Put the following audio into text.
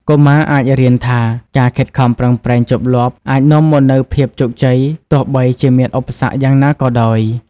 កុមារអាចរៀនថា ការខិតខំប្រឹងប្រែងជាប់លាប់ អាចនាំមកនូវភាពជោគជ័យ ទោះបីជាមានឧបសគ្គយ៉ាងណាក៏ដោយ។